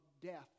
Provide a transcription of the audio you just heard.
death